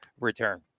return